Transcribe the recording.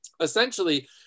essentially